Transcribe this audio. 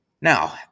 Now